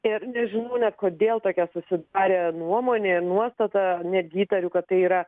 ir nežinau net kodėl tokia susidarė nuomonė nuostata netgi įtariu kad yra